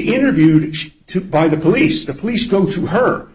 interviewed too by the police the police go to her